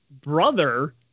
brother